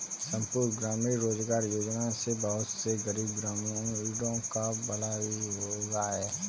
संपूर्ण ग्रामीण रोजगार योजना से बहुत से गरीब ग्रामीणों का भला भी हुआ है